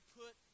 put